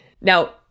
now